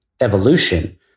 evolution